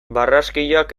barraskiloak